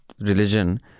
religion